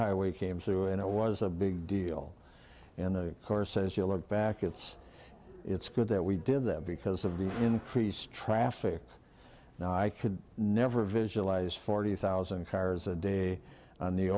highway came through and it was a big deal in the course as you look back it's it's good that we did that because of the increased traffic and i could never visualize forty thousand cars a day on the